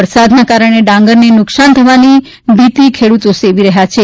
વરસાદને કારણે ડાંગરને નુકસાન થવાની ભીતી ખેડૂતો સેવી રહ્યાં છે